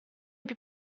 più